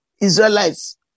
Israelites